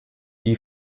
die